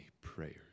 prayers